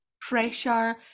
pressure